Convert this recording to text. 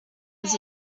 does